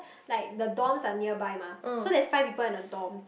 like the dorms are nearby mah so there's five people in the dorm